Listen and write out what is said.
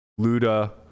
Luda